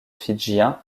fidjiens